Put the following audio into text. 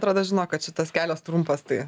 atrodo žino kad šitas kelias trumpas tai